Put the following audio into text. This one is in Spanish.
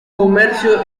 comercio